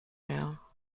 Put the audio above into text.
mehr